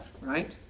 Right